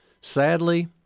Sadly